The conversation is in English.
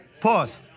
Pause